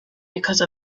because